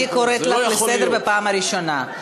אני קוראת לך לסדר בפעם הראשונה.